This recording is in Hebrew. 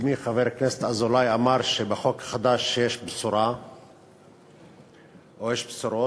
קודמי חבר הכנסת אזולאי אמר שבחוק החדש יש בשורה או יש בשורות.